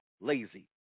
lazy